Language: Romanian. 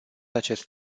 acest